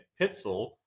Pitzel